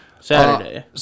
Saturday